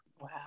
Wow